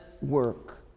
work